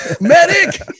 medic